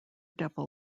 devil